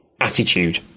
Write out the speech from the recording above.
attitude